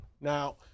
Now